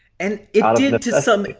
and it did, to some.